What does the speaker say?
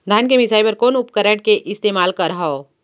धान के मिसाई बर कोन उपकरण के इस्तेमाल करहव?